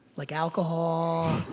like alcohol.